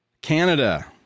Canada